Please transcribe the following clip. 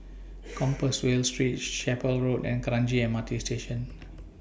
Compassvale Street Chapel Road and Kranji M R T Station